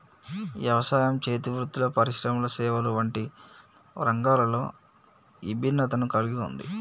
యవసాయం, చేతి వృత్తులు పరిశ్రమలు సేవలు వంటి రంగాలలో ఇభిన్నతను కల్గి ఉంది